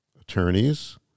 attorneys